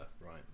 right